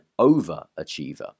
overachiever